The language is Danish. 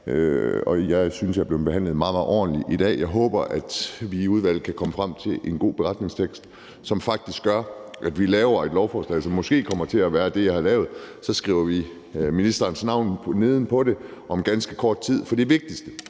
jeg synes, at jeg er blevet behandlet meget, meget ordentligt i dag. Jeg håber, at vi i udvalget kan komme frem til en god beretningstekst, som faktisk gør, at vi laver et lovforslag, som måske kommer til at være det samme som det, som jeg har lavet, og hvor vi så kan skrive ministerens navn på det om ganske kort tid. For det, vi skal